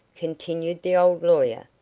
continued the old lawyer,